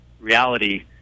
reality